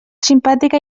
simpàtica